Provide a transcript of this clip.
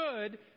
good